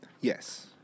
Yes